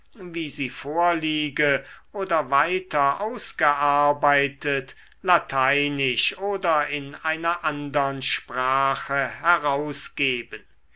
wie sie vorliege oder weiter ausgearbeitet lateinisch oder in einer andern sprache herausgeben